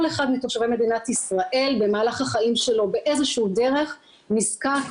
כל אחד מתושבי מדינת ישראל במהלך החיים שלו באיזו שהיא דרך נזקק,